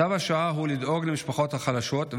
צו השעה הוא לדאוג למשפחות החלשות,